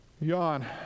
Yawn